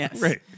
Right